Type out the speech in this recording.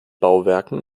bauwerken